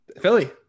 Philly